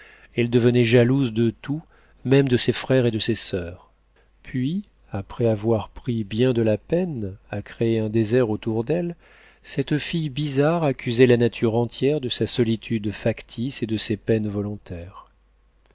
elle devenait jalouse de tout même de ses frères et de ses soeurs puis après avoir pris bien de la peine à créer un désert autour d'elle cette fille bizarre accusait la nature entière de sa solitude factice et de ses peines volontaires